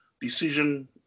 decision